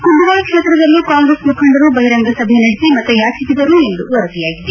ಕುಂದಗೋಳ ಕ್ಷೇತ್ರದಲ್ಲೂ ಕಾಂಗ್ರೆಸ್ ಮುಖಂಡರು ಬಹಿರಂಗ ಸಭೆ ನಡೆಸಿ ಮತಯಾಚಿಸಿದರು ಎಂದು ವರದಿಯಾಗಿದೆ